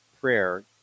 prayer